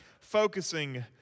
focusing